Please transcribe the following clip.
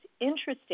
interesting